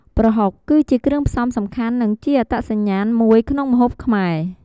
ប្រហុក គឺជាគ្រឿងផ្សំសំខាន់និងជាអត្តសញ្ញាណមួយក្នុងម្ហូបខ្មែរ។